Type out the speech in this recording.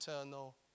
eternal